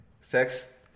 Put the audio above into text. Sex